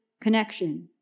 connection